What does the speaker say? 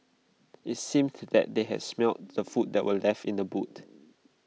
IT seems that they had smelt the food that were left in the boot